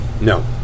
No